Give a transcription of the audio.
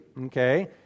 Okay